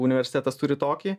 universitetas turi tokį